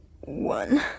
one